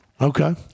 Okay